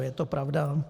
Je to pravda?